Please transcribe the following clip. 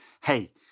hey